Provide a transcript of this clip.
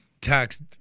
tax